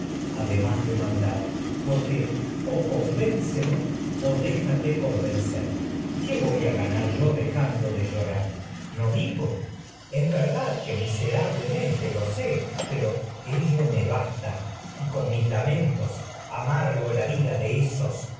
además de maldad porque convencer convénceme o déjate qué voy a ganar yo dejando de llorar no lo vivo es verdad que miserablemente lamentos amargo sé pero ello me basta que y con mis la vida de ésos